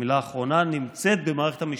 המילה האחרונה נמצאת במערכת המשפט.